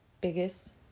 biggest